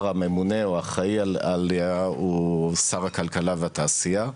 הממונה או האחראי עליה הוא שר הכלכלה והתעשייה.